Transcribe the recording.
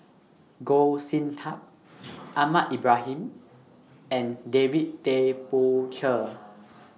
Goh Sin Tub Ahmad Ibrahim and David Tay Poey Cher